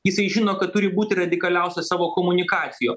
jisai žino kad turi būti radikaliausias savo komunikacijos